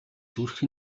зүрх